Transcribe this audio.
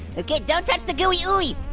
okay don't touch the gooey ooey.